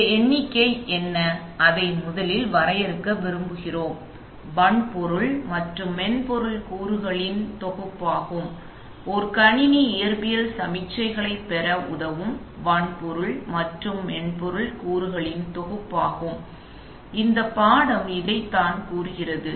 இந்த எண்ணிக்கை என்ன அதை முதலில் வரையறுக்க விரும்புகிறோம் இது வன்பொருள் மற்றும் மென்பொருள் கூறுகளின் தொகுப்பாகும் இது ஒரு கணினி இயற்பியல் சமிக்ஞைகளைப் பெற உதவும் வன்பொருள் மற்றும் மென்பொருள் கூறுகளின் தொகுப்பாகும் இந்த படம் இதைத்தான் கூறுகிறது